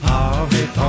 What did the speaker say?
Harvey